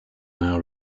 now